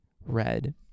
red